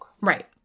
Right